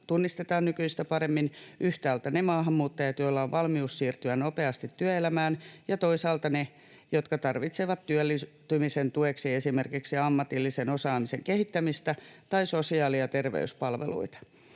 tunnistetaan nykyistä paremmin yhtäältä ne maahanmuuttajat, joilla on valmius siirtyä nopeasti työelämään, ja toisaalta ne, jotka tarvitsevat työllistymisen tueksi esimerkiksi ammatillisen osaamisen kehittämistä tai sosiaali- ja terveyspalveluita.